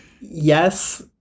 yes